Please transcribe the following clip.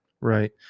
right